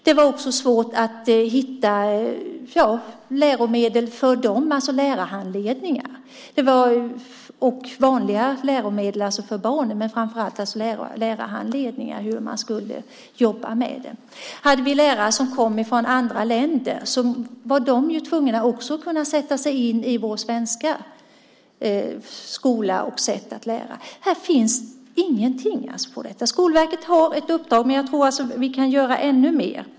Det var också svårt att hitta läromedel för barnen men framför allt att hitta lärarhandledningar. Om vi hade lärare som kom från andra länder så var de också tvungna att sätta sig in i vår svenska skola och vårt sätt att lära. Här finns ingenting om detta. Skolverket har ett uppdrag, men jag tror att vi kan göra ännu mer.